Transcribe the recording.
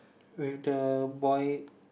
with the boy